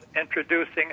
introducing